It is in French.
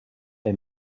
est